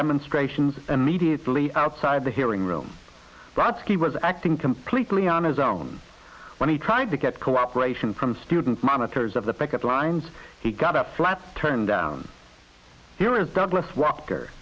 demonstrations immediately outside the hearing room but he was acting completely on his own when he tried to get cooperation from students monitors of the picket lines he got a flat turned down here is douglas walker